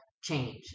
change